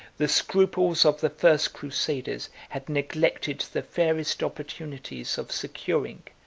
the scruples of the first crusaders had neglected the fairest opportunities of securing,